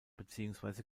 beziehungsweise